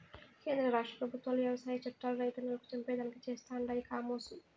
కేంద్ర రాష్ట్ర పెబుత్వాలు వ్యవసాయ చట్టాలు రైతన్నలను చంపేదానికి చేస్తండాయి కామోసు